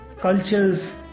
cultures